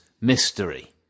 mystery